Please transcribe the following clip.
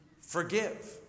Forgive